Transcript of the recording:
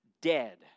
dead